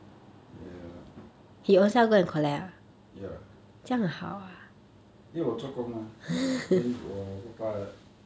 ya ya 因为我做工吗 then 我 then 我爸爸